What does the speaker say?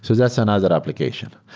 so that's another application.